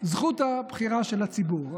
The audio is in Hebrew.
זכות הבחירה של הציבור.